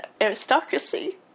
aristocracy